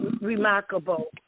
remarkable